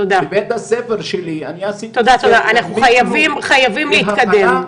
תודה, תודה, אנחנו חייבים להתקדם.